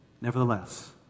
Nevertheless